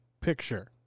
picture